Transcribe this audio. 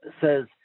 says